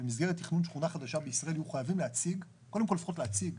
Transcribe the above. שבמסגרת תכנון שכונה חדשה בישראל יהיו חייבים קודם כל לפחות להציג